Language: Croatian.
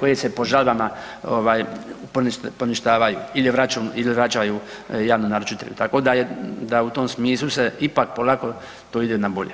koji se po žalbama ovaj poništavaju il vraćaju javnom naručitelju, tako da u tom smislu se ipak polako to ide na bolje.